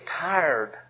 tired